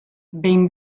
behin